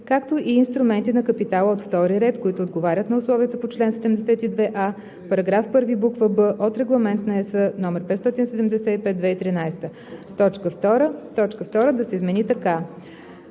както и инструменти на капитала от втори ред, които отговарят на условията по чл. 72а, параграф 1, буква „б“ от Регламент (ЕС) № 575/2013.“. 2. Точка 2 да се измени така: